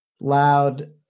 loud